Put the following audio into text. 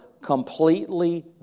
completely